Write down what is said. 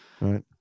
Right